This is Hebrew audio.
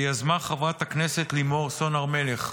שיזמה חברת הכנסת לימור סון הר מלך.